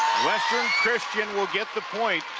western christian will get the point.